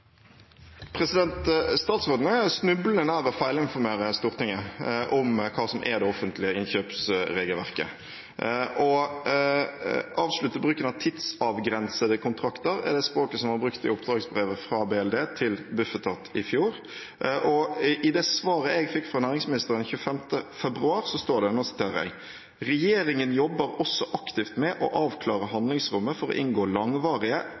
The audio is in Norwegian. Statsråden er snublende nær å feilinformere Stortinget om hva som er det offentlige innkjøpsregelverket. Å avslutte bruken av tidsavgrensede kontrakter – det er det språket som var brukt i oppdragsbrevet fra Barne-, likestillings- og inkluderingsdepartementet til Bufetat i fjor. I det svaret jeg fikk fra næringsministeren 25. februar, står det: «Regjeringen jobber også aktivt med å avklare handlingsrommet for å inngå langvarige